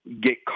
get